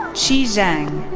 qi zhang.